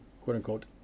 quote-unquote